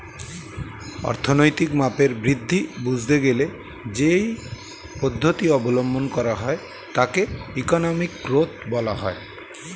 অর্থনৈতিক মাপের বৃদ্ধি বুঝতে গেলে যেই পদ্ধতি অবলম্বন করা হয় তাকে ইকোনমিক গ্রোথ বলা হয়